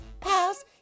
pals